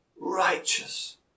righteous